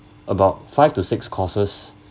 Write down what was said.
about five to six courses